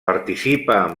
participa